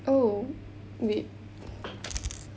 oh wait